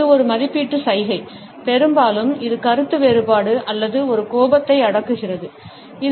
இது ஒரு மதிப்பீட்டு சைகை பெரும்பாலும் கருத்து வேறுபாடு அல்லது கோபத்தை அடக்கும்போது வெளிப்படுகிறது